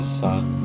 sun